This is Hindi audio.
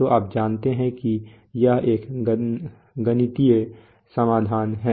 तो आप जानते हैं कि यह एक गणितीय समाधान है